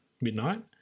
midnight